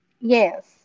Yes